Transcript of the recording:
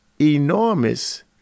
enormous